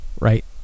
right